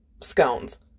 scones